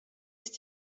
ist